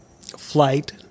flight